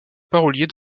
parolier